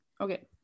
Okay